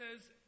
says